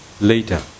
later